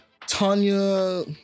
Tanya